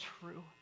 true